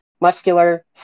muscular